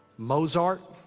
mozart.